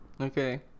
okay